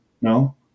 no